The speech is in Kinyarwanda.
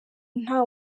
nta